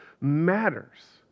matters